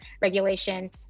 regulation